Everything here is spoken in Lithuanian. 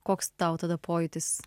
koks tau tada pojūtis